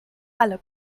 alle